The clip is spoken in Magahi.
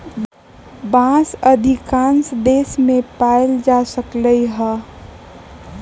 बांस अधिकांश देश मे पाएल जा सकलई ह